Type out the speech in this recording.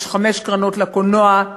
יש חמש קרנות לקולנוע.